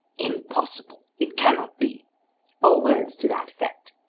impossible! it cannot be or words to that effect.